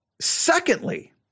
secondly